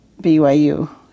BYU